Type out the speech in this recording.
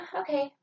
okay